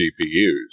GPUs